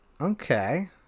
Okay